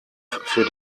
für